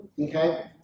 Okay